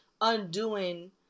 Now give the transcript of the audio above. undoing